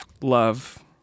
love